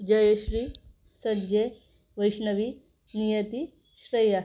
Jayashree Sanjay Vaishnavi Niyati Shreya